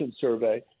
Survey